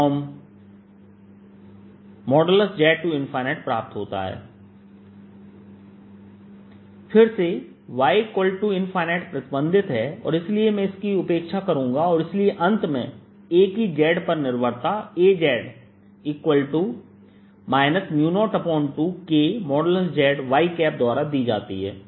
फिर से Y प्रतिबंधित है और इसलिए मैं इसकी उपेक्षा करूंगा और इसलिए अंत में A की z पर निर्भरता Az 02Kzy द्वारा दी जाती है